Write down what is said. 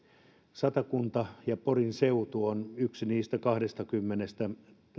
satakunta ja porin seutu on yksi niistä kahdestakymmenestä